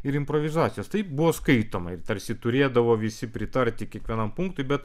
ir improvizacijos tai buvo skaitoma ir tarsi turėdavo visi pritarti kiekvienam punktui bet